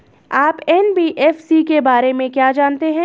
आप एन.बी.एफ.सी के बारे में क्या जानते हैं?